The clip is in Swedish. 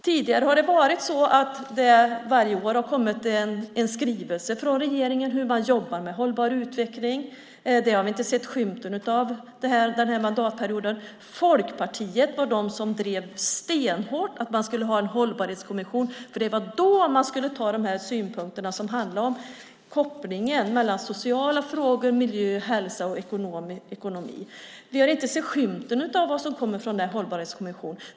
Tidigare har det varje år kommit en skrivelse från regeringen om hur man jobbar med hållbar utveckling. Det har vi inte sett den här mandatperioden. Folkpartiet var det parti som drev stenhårt att man skulle ha en hållbarhetskommission. Det var där man skulle ta upp de synpunkter som handlar om kopplingen mellan sociala frågor, miljö, hälsa och ekonomi. Vi har inte sett skymten av något som har kommit från Hållbarhetskommissionen.